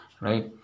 right